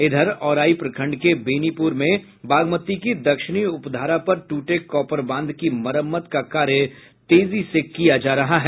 इधर औराई प्रखंड के बेनीपुर में बागमती की दक्षिणी उपधारा पर ट्रटे कॉपर बांध की मरम्मत का कार्य तेजी से किया जा रहा है